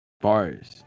Bars